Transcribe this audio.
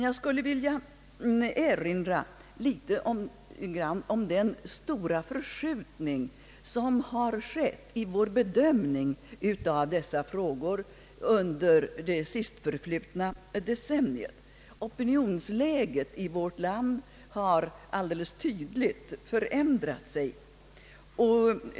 Jag skulle först vilja erinra om den stora förskjutning som har skett i vår hedömning av dessa frågor under det sistförflutna decenniet. Opinionsläget i vårt land har alldeles tydligt förändrat sig.